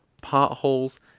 potholes